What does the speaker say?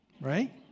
right